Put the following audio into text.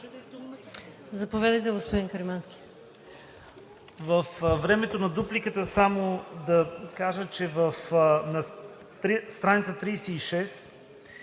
Заповядайте, господин Каримански.